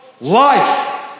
life